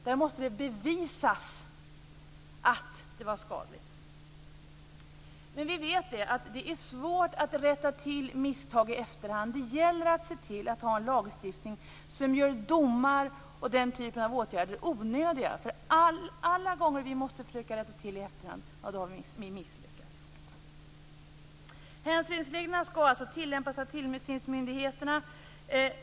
Där måste det bevisas att det var skadligt. Vi vet att det är svårt att rätta till misstag i efterhand. Det gäller att se till att ha en lagstiftning som gör domar och den typen av åtgärder onödiga. Alla de gånger vi har försökt att rätta till något i efterhand har vi misslyckats. Hänsynsreglerna skall alltså tillämpas av tillsynsmyndigheterna.